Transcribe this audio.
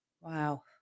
Wow